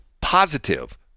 positive